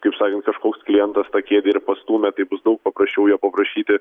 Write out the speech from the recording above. kaip sa kažkoks klientas tą kėdę ir pastūmė tai bus daug papraščiau jo paprašyti